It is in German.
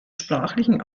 sprachlichen